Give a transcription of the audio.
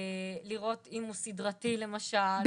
דעת לראות אם הוא סידרתי למשל,